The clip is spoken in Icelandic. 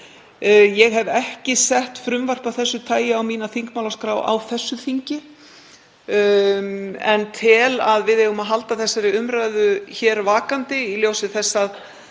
Ég hef ekki sett frumvarp af þessu tagi á mína þingmálaskrá á þessu þingi en tel að við eigum að halda þessari umræðu hér vakandi í ljósi þess að